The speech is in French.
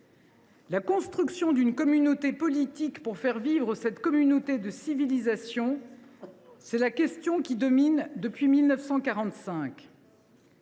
La construction d’une communauté politique pour faire vivre cette communauté de civilisation, c’est la question qui domine depuis 1945.